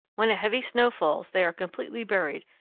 when a heavy snow falls they are completely buried,